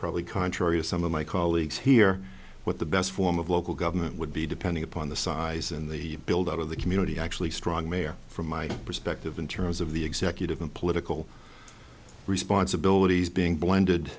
probably contrary to some of my colleagues here what the best form of local government would be depending upon the size and the build out of the community actually strong mayor from my perspective in terms of the executive and political responsibilities being blended